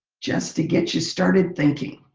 just to get you started thinking.